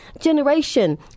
generation